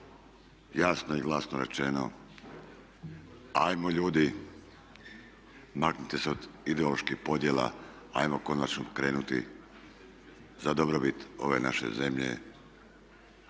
jasno i glasno je rečeno hajmo ljudi maknite se od ideoloških podjela, hajmo konačno pokrenuti za dobrobit ove naše zemlje